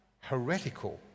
heretical